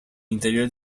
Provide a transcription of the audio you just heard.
interior